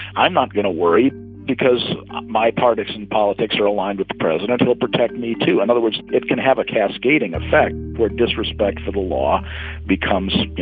i'm not going to worry because my partisan politics are aligned with the president. it'll protect me, too. in and other words, it can have a cascading effect where disrespect for the law becomes, you